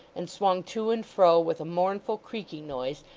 and swung to and fro with a mournful creaking noise,